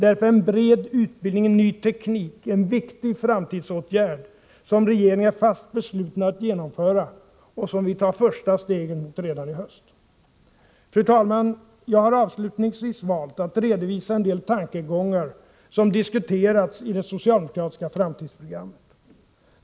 Därför är en bred utbildning i ny teknik en viktig framtidsåtgärd, som regeringen är fast besluten att genomföra och som vi tar det första steget emot redan i höst. Fru talman! Jag har avslutningsvis valt att redovisa en del tankegångar som diskuterats i det socialdemokratiska framtidsprogrammet.